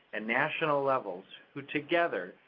and national levels who, together,